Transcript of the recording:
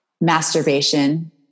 masturbation